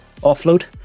offload